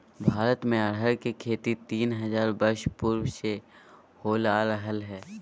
भारत में अरहर के खेती तीन हजार वर्ष पूर्व से होल आ रहले हइ